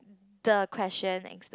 the question explains